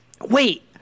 Wait